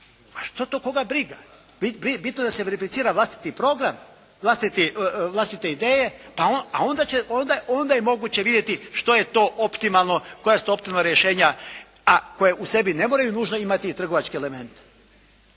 što to koga briga, bitno je da se verificira vlastiti program, vlastite ideje pa onda je moguće vidjeti što je optimalno, koja su to optimalna rješenja a koja u sebi ne moraju nužno imati i trgovačke elemente.